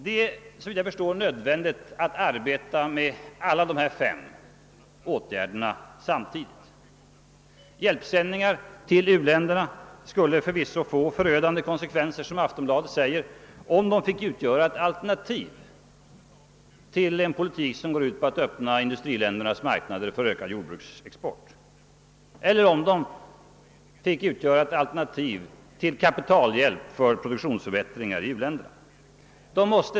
Det är nödvändigt att arbeta med alla de fem åtgärder jag nämnde samtidigt. Som Aftonbladet skriver skulle hjälpsändningar till u-länderna förvisso få förödande konsekvenser, om de fick utgöra ett alternativ till den politik som går ut på att öppna industriländernas marknader för ökad jordbruksexport eller ett alternativ till kapitalhjälp för produktionsförbättringar i u-länderna.